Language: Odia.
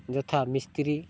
ଯଥା ମିସ୍ତ୍ରୀ